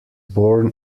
born